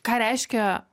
ką reiškia